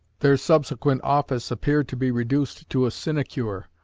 their subsequent office appeared to be reduced to a sinecure,